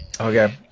okay